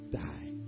die